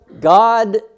God